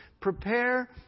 prepare